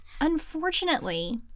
Unfortunately